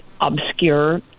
obscure